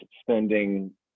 spending